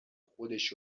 خودش